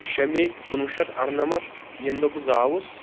شےٚ مئی کُنوُہ شتھ اڑٕنمتھ ییٚمہِ دۄہ بہٕ زاوُس